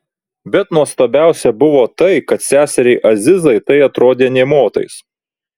bet nuostabiausia buvo tai kad seseriai azizai tai atrodė nė motais